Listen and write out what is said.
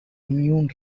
immune